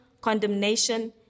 condemnation